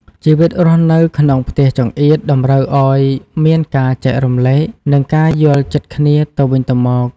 ជីវិតរស់នៅក្នុងផ្ទះចង្អៀតតម្រូវឲ្យមានការ ចែករំលែក និងការយល់ចិត្តគ្នាទៅវិញទៅមក។